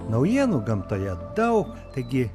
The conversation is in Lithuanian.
naujienų gamtoje daug taigi